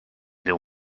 déu